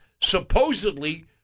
supposedly